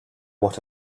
what